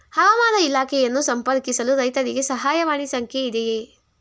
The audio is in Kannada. ಹವಾಮಾನ ಇಲಾಖೆಯನ್ನು ಸಂಪರ್ಕಿಸಲು ರೈತರಿಗೆ ಸಹಾಯವಾಣಿ ಸಂಖ್ಯೆ ಇದೆಯೇ?